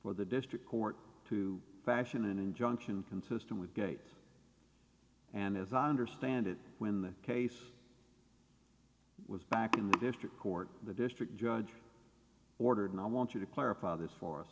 or the district court to fashion an injunction consistent with and as i understand it when the case was back in the district court the district judge ordered i want you to clarify this for